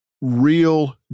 real